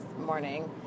morning